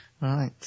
Right